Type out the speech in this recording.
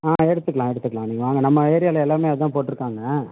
ஆ எடுத்துக்கலாம் எடுத்துக்கலாம் நீங்கள் வாங்க நம்ம ஏரியாவில் எல்லாருமே அதான் போட்டுருக்காங்க